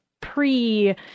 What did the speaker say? pre